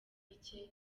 bike